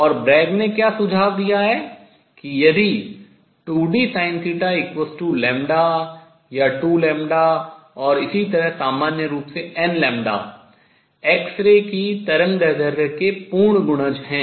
और ब्रैग ने क्या सुझाव दिया है कि यदि 2dSinθ या 2 और इसी तरह सामान्य रूप से nλ एक्स रे की तरंगदैर्ध्य के पूर्ण गुणज है